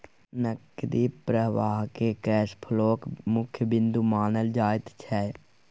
नकदी प्रवाहकेँ कैश फ्लोक मुख्य बिन्दु मानल जाइत छै